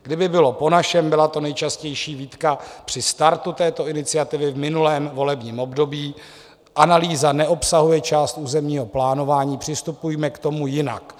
Kdyby bylo po našem byla to nejčastější výtka při startu této iniciativy v minulém volebním období: analýza neobsahuje část územního plánování, přistupujme k tomu jinak.